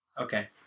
Okay